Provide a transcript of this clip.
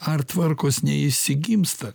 ar tvarkos neišsigimsta